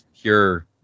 Pure